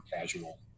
casual